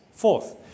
Fourth